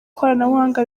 ikoranabuhanga